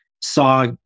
saw